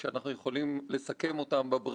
שהכנסת יכולה לדבר גם באמצעים אחרים.